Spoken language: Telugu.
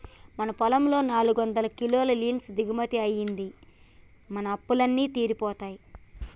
మన పొలంలో నాలుగొందల కిలోల లీన్స్ దిగుబడి అయ్యింది, మన అప్పులు అన్నీ తీరిపోతాయి